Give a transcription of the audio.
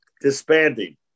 Disbanding